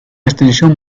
extensión